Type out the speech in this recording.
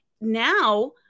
now